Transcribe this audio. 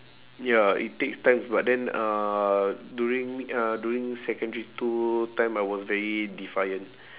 ya it takes time but then uh during uh during secondary two time I was very defiant